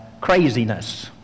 craziness